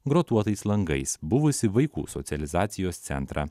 grotuotais langais buvusį vaikų socializacijos centrą